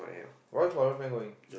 why Claudia friend going